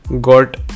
got